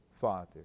father